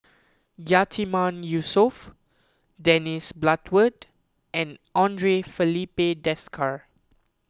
Yatiman Yusof Dennis Bloodworth and andre Filipe Desker